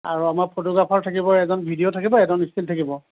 আৰু আমাৰ ফটোগ্ৰাফাৰ থাকিব এজন এজন ভিডিঅ' থাকিব এজন ষ্টীল থাকিব